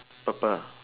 purple